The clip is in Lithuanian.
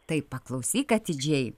tai paklausyk atidžiai